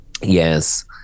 Yes